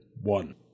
one